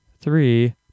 three